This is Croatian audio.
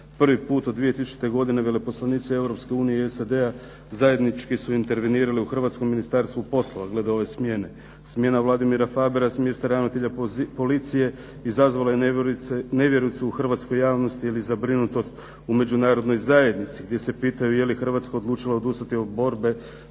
Hrvatska odlučila odustati od borbe